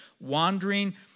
wandering